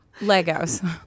Legos